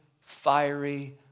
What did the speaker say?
fiery